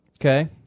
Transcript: Okay